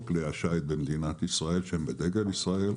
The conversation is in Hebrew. כלי השיט במדינת ישראל שהם בדגל ישראל.